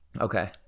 Okay